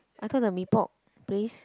I thought the Mee-Pok place